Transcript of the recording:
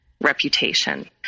reputation